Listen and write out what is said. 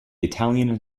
italian